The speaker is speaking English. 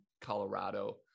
Colorado